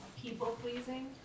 people-pleasing